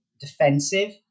defensive